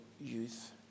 youth